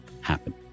happen